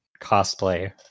cosplay